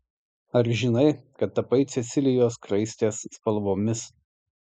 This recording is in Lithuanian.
ar žinai kad tapai cecilijos skraistės spalvomis